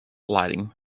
lighting